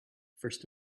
first